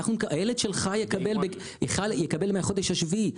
הילד שלך יקבל מהחודש השביעי,